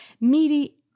meaty